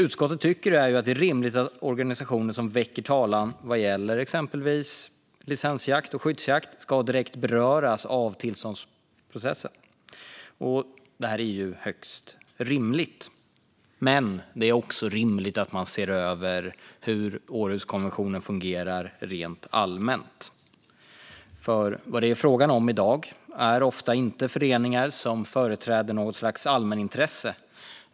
Utskottet tycker att det är rimligt att organisationer som väcker talan vad gäller exempelvis licensjakt och skyddsjakt direkt ska beröras av tillståndsprocesserna. Detta är högst rimligt. Men det är också rimligt att man ser över hur Århuskonventionen fungerar rent allmänt. Vad det är frågan om i dag är nämligen föreningar som ofta inte företräder något slags allmänintresse.